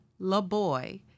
laboy